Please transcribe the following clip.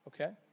Okay